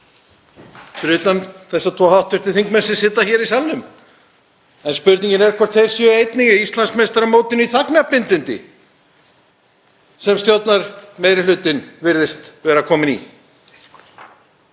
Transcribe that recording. sem sitja hér í salnum. En spurningin er hvort þeir séu einnig í Íslandsmeistaramótinu í þagnarbindindi sem stjórnarmeirihlutinn virðist vera kominn í.